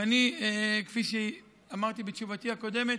ואני, כפי שאמרתי בתשובתי הקודמת,